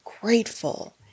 grateful